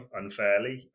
unfairly